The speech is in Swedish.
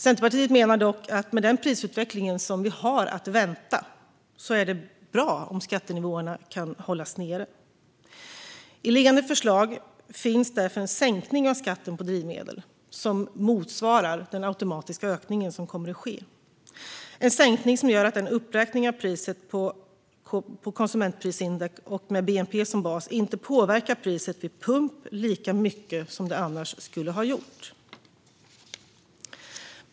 Centerpartiet menar dock att med den prisutveckling som vi har att vänta är det bra om skattenivåerna kan hållas nere. I liggande förslag finns därför en sänkning av skatten på drivmedel som motsvarar den automatiska ökning som kommer att ske. Sänkningen gör att uppräkningen av priset med KPI och bnp som bas inte påverkar priset vid pump lika mycket som det annars skulle ha gjort.